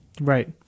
Right